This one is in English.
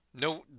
No